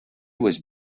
was